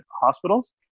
hospitals